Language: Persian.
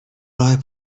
راه